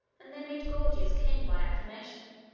and they made gordius king by acclamation.